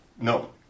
No